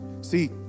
See